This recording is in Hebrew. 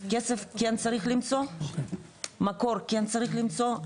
כסף כן צריך למצוא, מקור כן צריך למצוא.